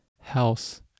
house